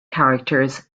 characters